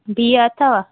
बिह अथव